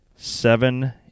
Seven